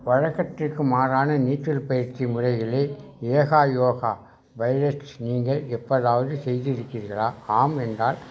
வழக்கத்திற்கு மாறான நீச்சல் பயிற்சி முறைகளில் ஏகா யோகா பயிற்சி நீங்கள் எப்போதாவது செய்திருக்கிறீர்களா ஆம் என்றால்